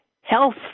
health